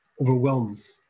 overwhelms